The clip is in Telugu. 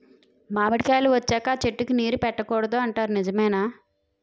మామిడికాయలు వచ్చాక అ చెట్టుకి నీరు పెట్టకూడదు అంటారు నిజమేనా?